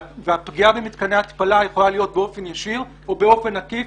הפגיעה במתקני התפלה יכולה להיות באופן ישיר או באופן עקיף